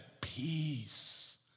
Peace